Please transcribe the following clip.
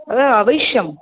आवश्यं